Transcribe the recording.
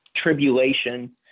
tribulation